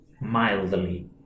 mildly